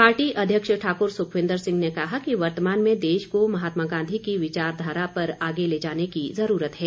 party अध्यक्ष ठाकुर सुखविन्दर सिंह ने कहा कि वर्तमान में देश को महात्मा गांधी की विचारधारा पर आगे ले जाने की ज़रूरत है